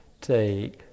take